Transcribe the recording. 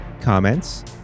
Comments